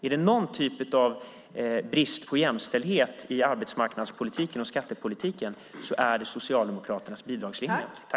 Är det någon typ av brist på jämställdhet i arbetsmarknadspolitiken och i skattepolitiken så är det Socialdemokraternas bidragslinje.